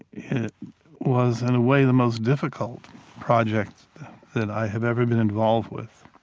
it was in a way the most difficult project that i have ever been involved with,